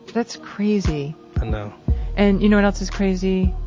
that's crazy i know and, you know what else is crazy,